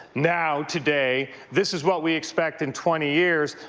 now, today, this is what we expect in twenty years,